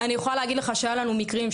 אני מסכימה איתך לגמרי.